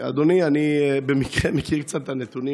אדוני, אני במקרה מכיר קצת את הנתונים.